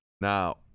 Now